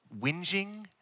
Whinging